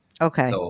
Okay